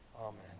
Amen